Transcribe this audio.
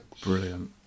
Brilliant